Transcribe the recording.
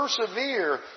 persevere